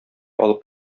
алып